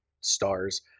stars